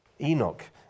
Enoch